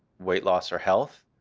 weight loss or health.